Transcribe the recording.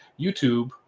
YouTube